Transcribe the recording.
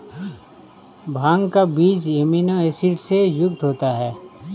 भांग का बीज amino acid से युक्त होता है